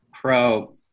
Pro